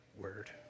word